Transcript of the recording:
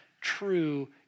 true